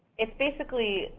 it's basically,